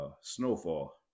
Snowfall